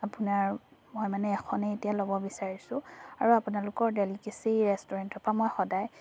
আপোনাৰ মই মানে এখনেই এতিয়া ল'ব বিছাৰিছোঁ আৰু আপোনালোকৰ ডেলিকেচি ৰেষ্টুৰেণ্টৰপৰা মই সদায়